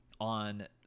on